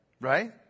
right